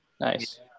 Nice